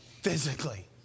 physically